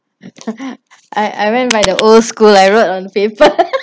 I I went by the old school I wrote on paper